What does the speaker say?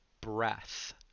Breath